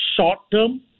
short-term